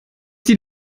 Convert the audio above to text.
die